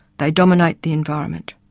they dominate the environment.